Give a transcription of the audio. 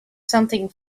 something